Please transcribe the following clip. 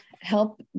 help